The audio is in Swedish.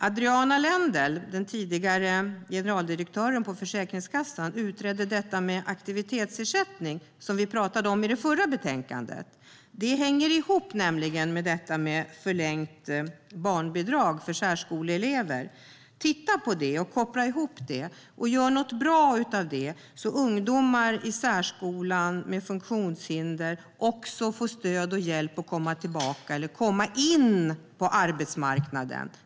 Adriana Lender, den tidigare generaldirektören på Försäkringskassan, utredde aktivitetsersättningen, som vi pratade om i samband med det förra betänkandet. Det hänger ihop med förlängt barnbidrag till särskoleelever. Titta på detta, koppla ihop det och gör något bra av det så att de ungdomar i särskolan som har funktionshinder också får stöd och hjälp att komma in på arbetsmarknaden.